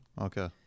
Okay